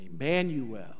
Emmanuel